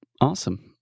Awesome